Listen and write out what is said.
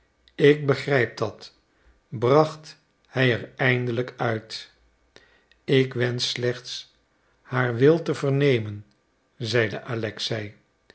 ik begrijp dat bracht hij er eindelijk uit ik wensch slechts haar wil te vernemen zeide alexei